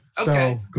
Okay